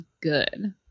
good